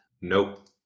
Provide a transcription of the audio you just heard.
Nope